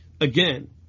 again